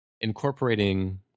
incorporating